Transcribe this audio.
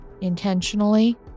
intentionally